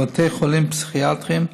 בבתי חולים פסיכיאטריים,